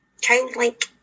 childlike